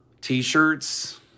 T-shirts